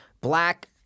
black